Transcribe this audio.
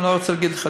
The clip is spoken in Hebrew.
אני לא רוצה להגיד לך,